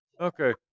Okay